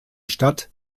stadt